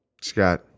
Scott